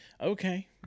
Okay